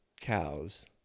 cows